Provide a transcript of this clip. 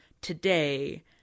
today